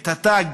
ואת התג